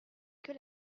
que